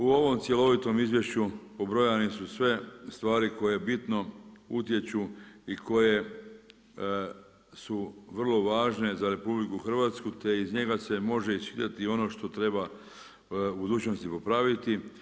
U ovom cjelovitom izvješću pobrojane su sve stvari koje bitno utječu i koje su vrlo važne za RH te iz njega se može iščitati ono što treba u budućnosti popraviti.